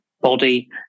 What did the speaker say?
body